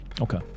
Okay